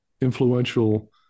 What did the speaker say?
influential